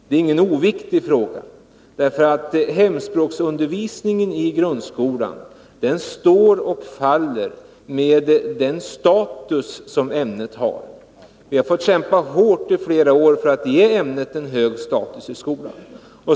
Det är ingen oviktig fråga. Hemspråksundervisningen i grundskolan står och faller med den status som ämnet har. Vi har i flera år fått kämpa hårt för att ge ämnet en högre status i skolan.